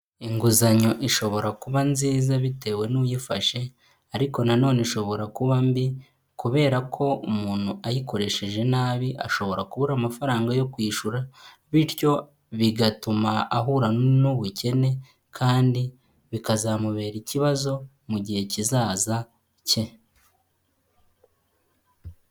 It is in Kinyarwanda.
Inguzanyo ishobora kuba nziza bitewe n'uyifashe, ariko nanone ishobora kuba mbi kubera ko umuntu ayikoresheje nabi ashobora kubura amafaranga yo kwishyura, bityo bigatuma ahura n'ubukene kandi bikazamubera ikibazo mu gihe kizaza cye.